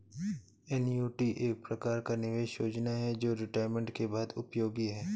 annuity एक प्रकार का निवेश योजना है जो रिटायरमेंट के बाद उपयोगी है